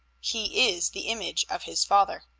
he is the image of his father.